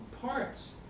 parts